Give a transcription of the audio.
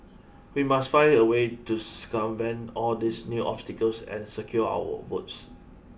we must find a way to circumvent all these new obstacles and secure our votes